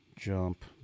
Jump